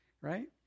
right